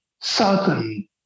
certain